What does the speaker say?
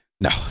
no